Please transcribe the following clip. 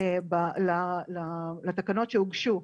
לתקנות שהוגשו,